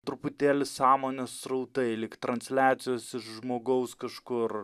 truputėlį sąmonės srautai lyg transliacijos iš žmogaus kažkur